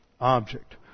object